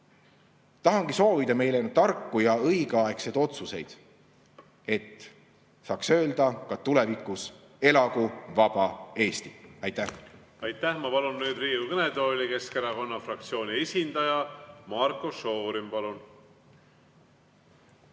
Tahangi soovida meile tarku ja õigeaegseid otsuseid, et saaks öelda ka tulevikus: "Elagu vaba Eesti!" Aitäh!